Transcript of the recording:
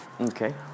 Okay